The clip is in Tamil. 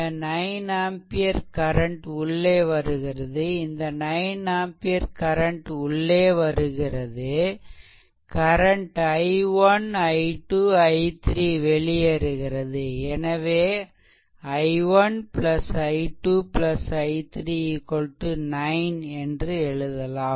இந்த 9 ஆம்பியர் கரண்ட் உள்ளே வருகிறது இந்த 9 ஆம்பியர் கரண்ட் உள்ளே வருகிறது கரண்ட் i1i2i3 வெளியேறுகிறது எனவே நாம் i1 i2 i3 9 என்று எழுதலாம்